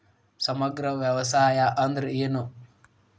ಸಮಗ್ರ ವ್ಯವಸಾಯ ಅಂದ್ರ ಏನು?